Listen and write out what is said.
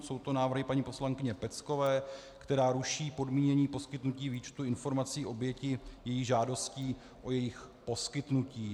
Jsou to návrhy paní poslankyně Peckové, která ruší podmínění poskytnutí výčtu informací obětí její žádostí o jejich poskytnutí.